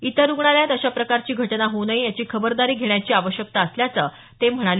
इतर रुग्णालयांत अशा प्रकारची घटना होऊ नये याची खबरदारी घेण्याची आवश्यकता असल्याचं ते म्हणाले